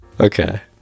Okay